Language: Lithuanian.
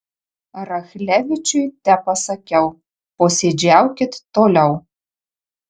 rachlevičiui tepasakiau posėdžiaukit toliau